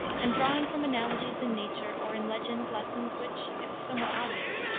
and drawing from analogies in nature or in legend lessons which, if somewhat obvious,